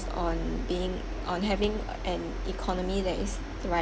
on being on having an economy that is